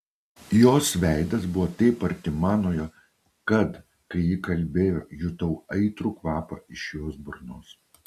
jos veidas buvo taip arti manojo kad kai ji kalbėjo jutau aitrų kvapą iš jos burnos